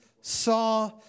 saw